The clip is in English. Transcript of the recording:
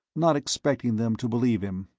not expecting them to believe him.